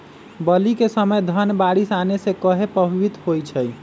बली क समय धन बारिस आने से कहे पभवित होई छई?